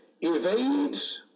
evades